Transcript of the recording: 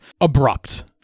abrupt